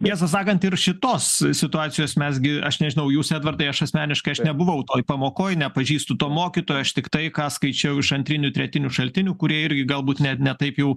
tiesą sakant ir šitos situacijos mes gi aš nežinau jūs edvardai aš asmeniškai aš nebuvau toj pamokoj nepažįstu to mokytojo aš tiktai ką skaičiau iš antrinių tretinių šaltinių kurie irgi galbūt net ne taip jau